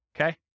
okay